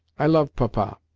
i loved papa,